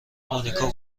مونیکا